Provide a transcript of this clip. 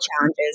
challenges